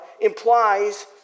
implies